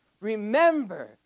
Remember